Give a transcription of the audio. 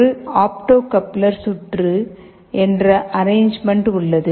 ஒரு optocoupler சுற்று என்ற அறெனஜ்மெண்ட் உள்ளது